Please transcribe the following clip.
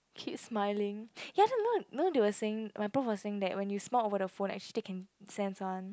keeps smiling can you understand you know what they were saying my prof was saying when you smile over the phone actually they can sense one